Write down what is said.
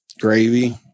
gravy